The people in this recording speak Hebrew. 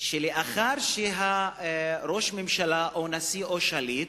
שלאחר שראש ממשלה, או נשיא, או שליט,